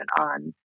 on